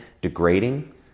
degrading